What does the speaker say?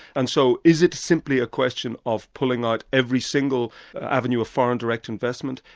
and so is it simply a question of pulling out every single avenue of foreign direct investment,